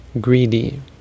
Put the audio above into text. greedy